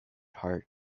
heart